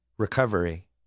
Recovery